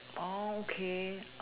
orh okay orh